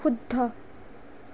শুদ্ধ